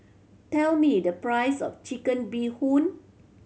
tell me the price of Chicken Bee Hoon